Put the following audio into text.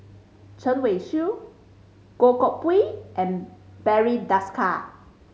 Chen Wen Hsi Goh Koh Pui and Barry Desker